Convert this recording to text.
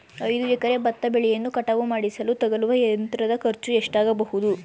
ಐದು ಎಕರೆ ಭತ್ತ ಬೆಳೆಯನ್ನು ಕಟಾವು ಮಾಡಿಸಲು ತಗಲುವ ಯಂತ್ರದ ಖರ್ಚು ಎಷ್ಟಾಗಬಹುದು?